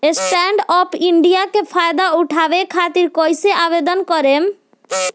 Stand up India के फाइदा उठाओ खातिर कईसे आवेदन करेम?